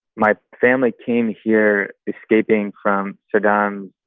my family came here escaping from saddam's